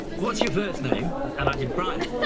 what's your first name? and i said brian,